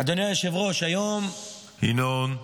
אדוני היושב-ראש, היום --- ינון,